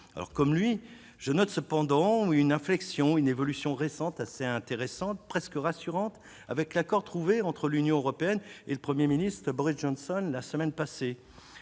Comme lui, je note cependant une évolution récente assez intéressante, presque rassurante, avec l'accord trouvé entre l'Union européenne et le Premier ministre Boris Johnson la semaine passée.